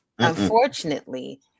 unfortunately